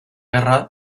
guerra